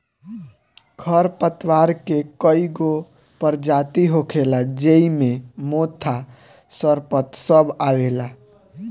खर पतवार के कई गो परजाती होखेला ज़ेइ मे मोथा, सरपत सब आवेला